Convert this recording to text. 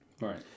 Right